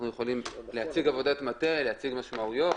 אנחנו יכולים להציג עבודת מטה, להציג משמעויות.